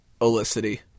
Olicity